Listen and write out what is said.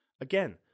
Again